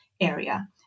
area